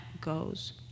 goes